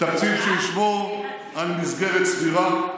תקציב שישמור על מסגרת סבירה,